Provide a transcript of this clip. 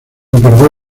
encargó